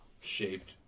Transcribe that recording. Shaped